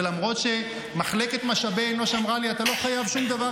ולמרות שמחלקת משאבי אנוש אמרה לי: אתה לא חייב שום דבר,